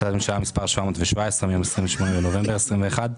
החלטת ממשלה מספר 717 מיום 28 בנובמבר 2021,